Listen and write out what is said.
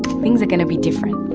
things are going to be different.